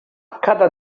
cada